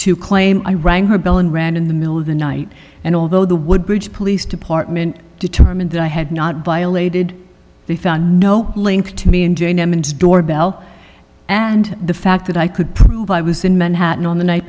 to claim i rang her bell and ran in the middle of the night and although the woodbridge police department determined that i had not violated they found no link to me and jane emmons doorbell and the fact that i could prove i was in manhattan on the night